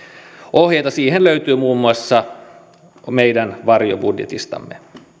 ohjeita siihen löytyy muun muassa meidän varjobudjetistamme